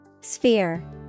Sphere